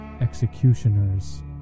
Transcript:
executioners